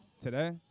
Today